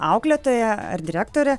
auklėtoja ar direktorė